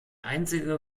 einzige